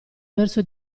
verso